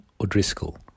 O'Driscoll